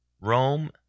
Rome